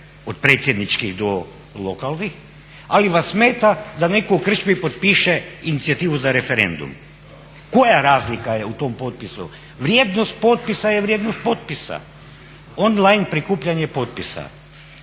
od predsjedničkih do lokalnih ali vas smeta da netko u krčmi potpiše inicijativu za referendum? Koja razlika je u tom potpisu? Vrijednost potpisa je vrijednost potpisa. On-line prikupljanje potpisa.